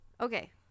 Okay